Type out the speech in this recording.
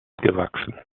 gewachsen